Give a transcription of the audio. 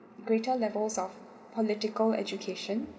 greater levels of political education